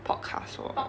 podcast lor